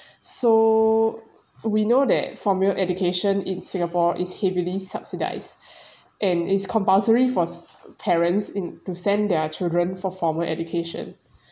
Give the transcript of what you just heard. so we know that formal education in singapore is heavily subsidised and is compulsory for parents to send their children for formal education